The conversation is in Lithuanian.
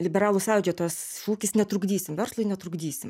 liberalų sąjūdžio tas šūkis netrukdysim verslui netrukdysim